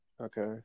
Okay